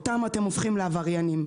אותם אתם הופכים לעבריינים.